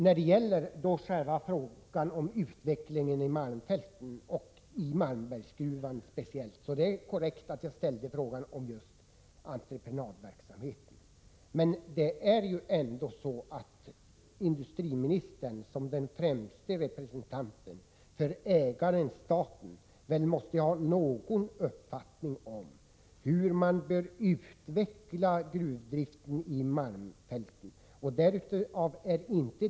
När det gäller utvecklingen i Malmfälten och speciellt Malmbergsgruvan är det korrekt att jag ställde min fråga om just entreprenadverksamheten. Men det är ändå så att industriministern, som den främste representanten för ägaren-staten, måste ha någon uppfattning om hur man bör utveckla gruvdriften i Malmfälten.